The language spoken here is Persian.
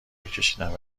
میکشیدم